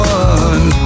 one